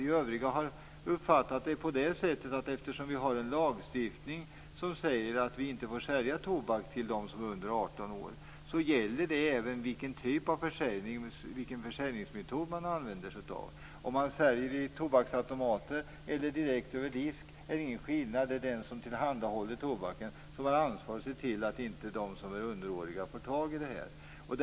Vi övriga har uppfattat det så, att eftersom det finns en lagstiftning som säger att tobak inte får säljas till den som är under 18 år gäller detta oberoende av vilken försäljningsmetod som används. Om tobaken säljs i automater eller direkt över disk är det inte någon skillnad. Det är den som tillhandahåller tobaken som har ansvaret att se till att underåriga inte får köpa tobak.